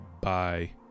Bye